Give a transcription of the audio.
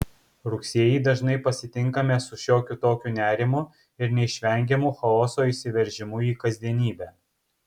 rugsėjį dažnai pasitinkame su šiokiu tokiu nerimu ir neišvengiamu chaoso įsiveržimu į kasdienybę